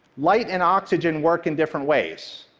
light and oxygen work in different ways.